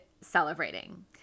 celebrating